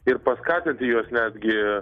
ir paskatinti juos netgi